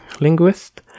linguist